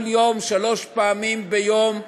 כל יום, שלוש פעמים ביום,